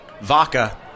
Vaca